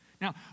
Now